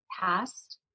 past